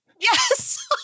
Yes